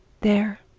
there,